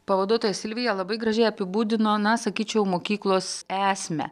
pavaduotoja silvija labai gražiai apibūdino na sakyčiau mokyklos esmę